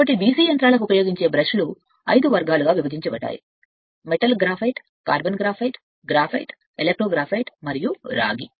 కాబట్టి DC యంత్రాలకు ఉపయోగించే బ్రష్ లు 5 తరగతులుగా విభజించబడ్డాయి metal metal graphite carbon graphite graphite electrographite మరియు రాగి